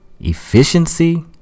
Efficiency